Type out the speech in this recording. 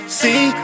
see